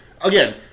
Again